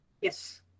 Yes